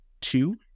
Two